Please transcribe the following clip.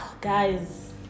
guys